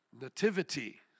nativity